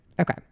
Okay